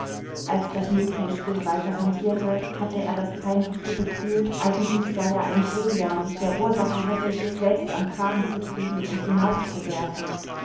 als das mädchen still weiterhantierte hatte er das peinliche gefühl eigentlich sei er ein grobian der ursache hätte sich selbst am kragen zu kriegen und